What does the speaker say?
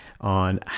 on